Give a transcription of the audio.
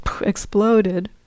exploded